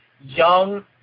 young